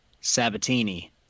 Sabatini